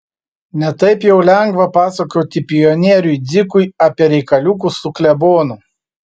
ne taip jau lengva pasakoti pionieriui dzikui apie reikaliukus su klebonu